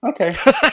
okay